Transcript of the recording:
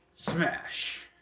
Smash